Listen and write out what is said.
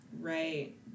right